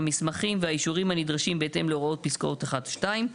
המסמכים והאישורים הנדרשים בהתאם להוראות פסקאות (1) ו-(2)".